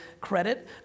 credit